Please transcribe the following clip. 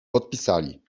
podpisali